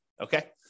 okay